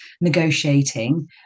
negotiating